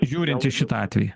žiūrint į šitą atvejį